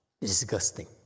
Disgusting